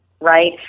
right